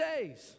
days